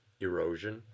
erosion